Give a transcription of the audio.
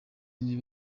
niba